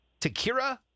Takira